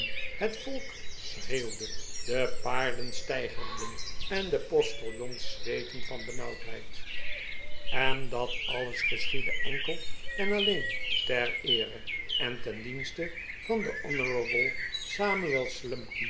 het volk schreeuwde de paarden steigerden en de postiljons zweetten van benauwdheid en dat alles geschiedde enkel en alleen ter eere en ten dienste van den honourable